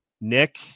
Nick